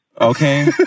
Okay